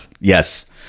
Yes